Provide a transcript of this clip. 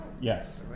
Yes